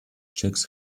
checks